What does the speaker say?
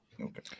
Okay